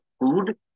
food